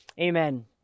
Amen